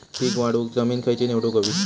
पीक वाढवूक जमीन खैची निवडुक हवी?